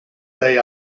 they